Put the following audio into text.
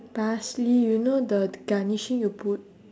parsley you know the the garnishing you put